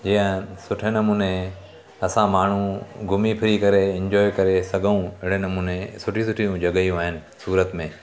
जीअं सुठे नमूने असां माण्हू घुमी फिरी करे इंजॉय करे सघूं अहिड़े नमूने सुठी सुठी जॻहियूं आहिनि सूरत में